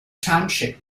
township